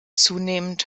zunehmend